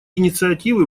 инициативы